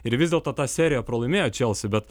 ir vis dėlto tą seriją pralaimėjo čelsi bet